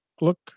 look